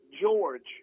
George